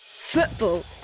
Football